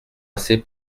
assez